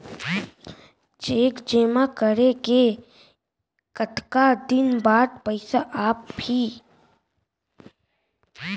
Cheque जेमा करे के कतका दिन बाद पइसा आप ही?